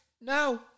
No